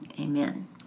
amen